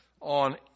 on